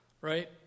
right